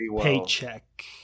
paycheck